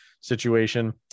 situation